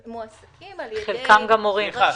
חלקם גם מורים.